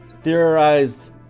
Theorized